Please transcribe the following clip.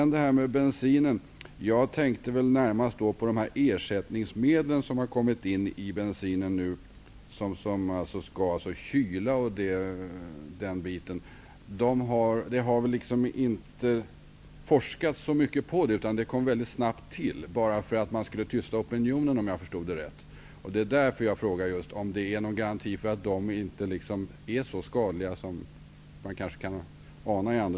När det gäller bensinen tänkte jag närmast på de ersättningsmedel som kommit in i bensinen nu och som skall kyla i stället för blyet. Det har inte forskats så mycket om dem. De kom väldigt snabbt till för att tysta opinionen, om jag förstått det rätt. Det är därför jag frågar om det finns någon garanti för att inte också dessa är skadliga.